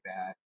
bad